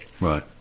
Right